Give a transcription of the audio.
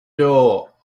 door